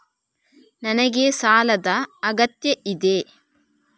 ನನಗೆ ಸಾಲದ ಅಗತ್ಯ ಇದೆ?